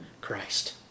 Christ